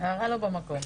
הערה לא במקום.